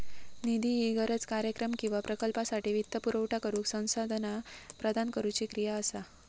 निधी ही गरज, कार्यक्रम किंवा प्रकल्पासाठी वित्तपुरवठा करुक संसाधना प्रदान करुची क्रिया असा